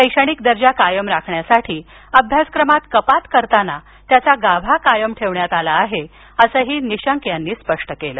शैक्षणिक दर्जा कायम राखण्यासाठी अभ्यासक्रमात कपात करताना त्याचा गाभा कायम ठेवण्यात आला आहे असं निशंक यांनी स्पष्ट केलं